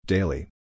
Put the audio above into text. Daily